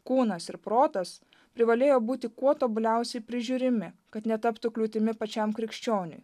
kūnas ir protas privalėjo būti kuo tobuliausiai prižiūrimi kad netaptų kliūtimi pačiam krikščioniui